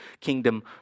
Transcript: kingdom